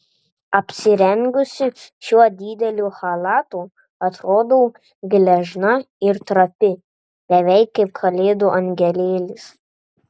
apsirengusi šiuo dideliu chalatu atrodau gležna ir trapi beveik kaip kalėdų angelėlis